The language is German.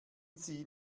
sie